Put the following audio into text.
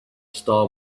star